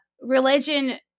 Religion